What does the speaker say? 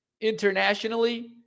internationally